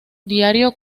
diario